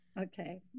Okay